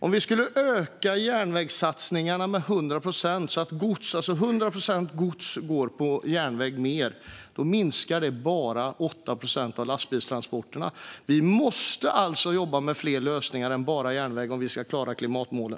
Om vi skulle öka järnvägssatsningarna så att 100 procent mer gods går på järnväg minskar det lastbilstransporterna med bara 8 procent. Vi måste alltså jobba med fler lösningar än bara järnväg om vi ska klara klimatmålen.